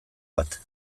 bat